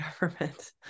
government